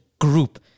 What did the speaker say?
group